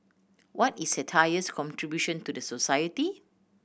what is satire's contribution to the society